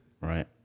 Right